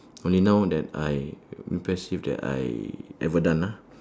only now that I impressive that I ever done ah